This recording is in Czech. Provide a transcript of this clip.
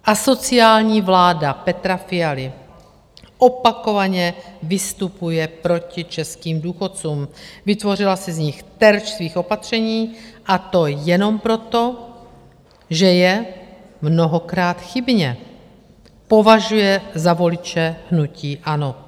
Asociální vláda Petra Fialy opakovaně vystupuje proti českým důchodcům, vytvořila si z nich terč svých opatření, a to jenom proto, že je mnohokrát chybně považuje za voliče hnutí ANO.